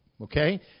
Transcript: Okay